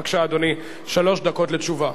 בבקשה, אדוני, שלוש דקות לתשובה.